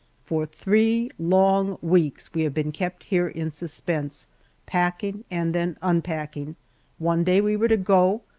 for three long weeks we have been kept here in suspense packing and then unpacking one day we were to go,